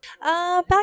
Back